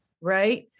Right